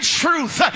truth